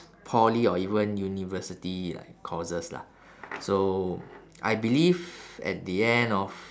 poly or even university like courses lah so I believe at the end of